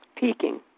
peaking